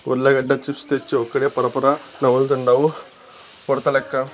ఉర్లగడ్డ చిప్స్ తెచ్చి ఒక్కడే పరపరా నములుతండాడు ఉడతలెక్క